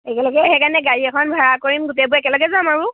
একেলগে সেইকাৰে গাড়ী এখন ভাড়া কৰিম গোটেইবােৰ একেলগে যাম আৰু